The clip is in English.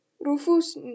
Rufus